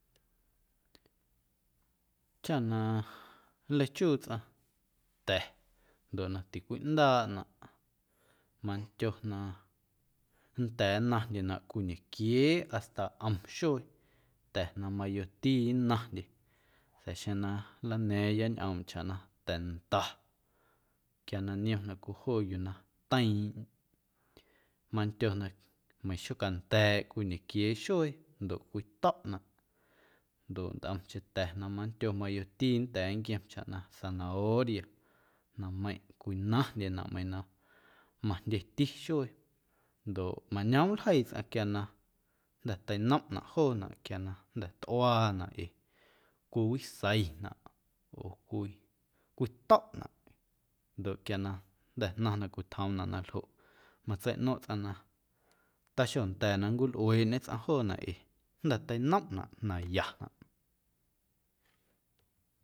Chaꞌ na nleichuu tsꞌaⁿ ta̱ ndoꞌ na ticwiꞌndaaꞌnaꞌ mandyo na nnda̱a̱ nnaⁿndyenaꞌ cwii ñequiee hasta ꞌom xuee ta̱ na mayoti nnaⁿndye sa̱a̱ xeⁿ na nlana̱a̱ⁿya chaꞌ na ta̱nda quia na niomnaꞌ cwii joo yuu na teiiⁿꞌ mandyo na meiiⁿ xocanda̱a̱ꞌ cwii ñequiee xuee ndoꞌ cwito̱ꞌnaꞌ ndoꞌ ntꞌomcheⁿ ta̱ na mandyo mayoti nnda̱a̱ nquiom chaꞌ na zanahoria nameiⁿꞌ cwinandyenaꞌ meiiⁿ na majndyeti xuee ndoꞌ mañoomꞌ ljeii tsꞌaⁿ quia na jnda̱ teinomꞌnaꞌ joonaꞌ quia na jnda̱ tꞌuaanaꞌ ee cwiwiseinaꞌ oo cwi cwito̱ꞌnaꞌ ndoꞌ quia na jnda̱ jnaⁿ na cwitjoomnaꞌ na ljoꞌ matseiꞌno̱ⁿꞌ tsꞌaⁿ na taxonda̱a̱ na nncwilꞌueeꞌñe sꞌaⁿ joonaꞌ ee jnda̱ teinomꞌnaꞌ na yanaꞌ.